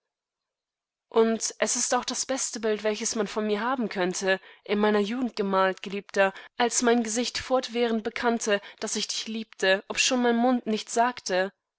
und es ist auch das beste bild welches man von mir haben könnte in meiner jugend gemalt geliebter als mein gesicht fortwährend bekannte daß ich dich liebte obschon mein mund nichts sagte